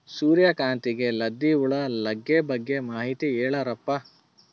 ಸೂರ್ಯಕಾಂತಿಗೆ ಲದ್ದಿ ಹುಳ ಲಗ್ಗೆ ಬಗ್ಗೆ ಮಾಹಿತಿ ಹೇಳರಪ್ಪ?